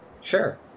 Sure